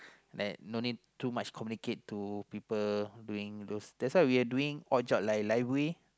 that no need too much communicate to people doing those that's why we have doing odd jobs like library